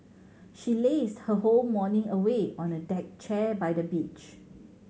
she lazed her whole morning away on a deck chair by the beach